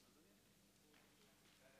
חיים